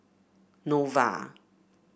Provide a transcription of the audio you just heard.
Nova